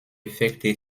effekte